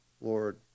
Lord